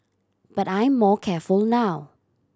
but I'm more careful now